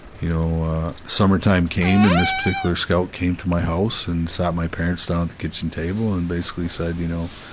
you know, ah, summertime came and this particular scout came to my house and sat my parents down at the kitchen table and basically said, you know,